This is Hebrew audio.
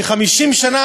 כ-50 שנה,